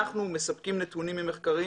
אנחנו מספקים נתונים ממחקרים